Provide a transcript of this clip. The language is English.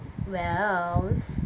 wells